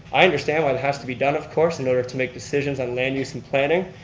i understand why it has to be done, of course, in order to make decisions on land use an planning,